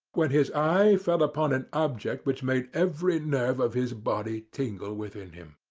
when his eye fell upon an object which made every nerve of his body tingle within him.